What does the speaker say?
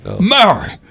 Mary